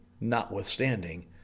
notwithstanding